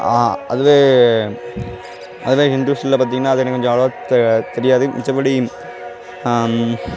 அதுவே அதுவே ஹிந்துஸில் பார்த்திங்கன்னா அதே இன்னும் கொஞ்சம் அவ்வளவாக தெ தெரியாது மிச்சபடி